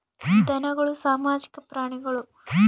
ಧನಗಳು ಸಾಮಾಜಿಕ ಪ್ರಾಣಿಗಳು